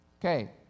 Okay